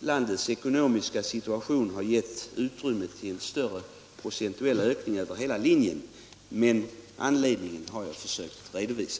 landets ekonomiska situation inte givit utrymme för en större procentuell ökning över hela linjen. Anledningen har jag försökt redovisa.